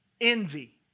envy